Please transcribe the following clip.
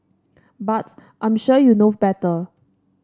but I'm sure you know better